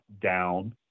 down